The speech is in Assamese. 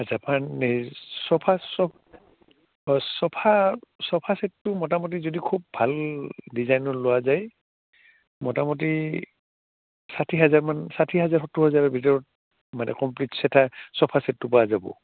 আচ্ছা চফা চফা চফা চছেটটো মোটামুটি যদি খুব ভাল ডিজাইনৰ লোৱা যায় মোটামুটি ষাঠি হাজাৰমান ষাঠি হাজাৰ সত্তৰ হাজাৰৰ ভিতৰত মানে কমপ্লিট চফা চছেটটো পোৱা যাব